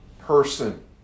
person